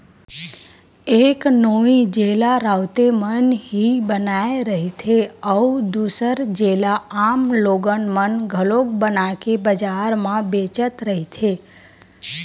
एक नोई जेला राउते मन ही बनाए रहिथे, अउ दूसर जेला आम लोगन मन घलोक बनाके बजार म बेचत रहिथे